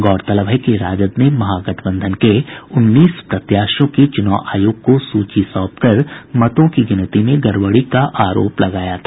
गौरतलब है कि राजद ने महागठबंधन के उन्नीस प्रत्याशियों की चुनाव आयोग को सूची सौंप कर मतों की गिनती में गड़बड़ी का आरोप लगाया था